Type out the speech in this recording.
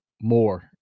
more